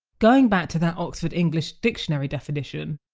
going back to that oxford english dictionary definition,